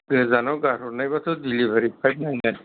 गोजानाव गारहरनायबाथ' delivery pipe नांगोन